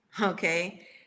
okay